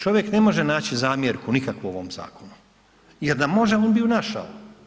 Čovjek ne može naći zamjerku nikakvu u ovom zakonu jer da može, on bi ju našao.